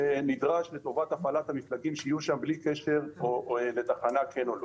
שנדרש לטובת הפעלת המפלגים שיהיו שם בלי קשר לתחנה אם תהיה כן או לא.